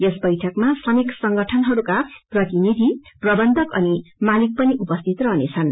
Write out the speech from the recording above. यस वैठकमा श्रमिक संगठनहरूका प्रतिनिधि प्रबन्धक अनि मालिक पनि उपस्थित रहनेछन्